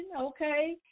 okay